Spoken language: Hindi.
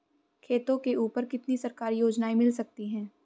खेतों के ऊपर कितनी सरकारी योजनाएं मिल सकती हैं?